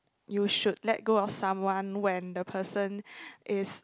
you should let go of someone when the person is